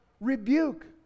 rebuke